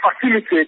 facilitate